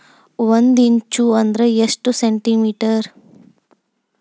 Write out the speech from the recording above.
ಒಂದಿಂಚು ಅಂದ್ರ ಎಷ್ಟು ಸೆಂಟಿಮೇಟರ್?